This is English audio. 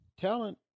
Talent